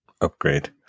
upgrade